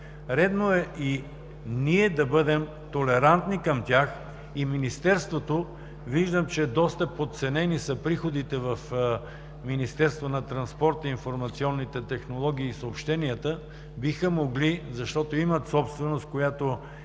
Редно е и ние да бъдем толерантни към тях. Виждам, че доста подценени са приходите в Министерството на транспорта, информационните технологии и съобщенията и биха могли, защото имат собственост, която е